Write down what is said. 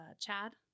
Chad